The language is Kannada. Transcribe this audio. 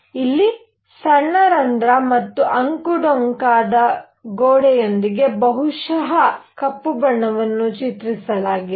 ಇಲ್ಲಿ ಸಣ್ಣ ರಂಧ್ರ ಮತ್ತು ಅಂಕುಡೊಂಕಾದ ಗೋಡೆಯೊಂದಿಗೆ ಬಹುಶಃ ಕಪ್ಪು ಬಣ್ಣವನ್ನು ಚಿತ್ರಿಸಲಾಗಿದೆ